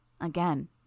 Again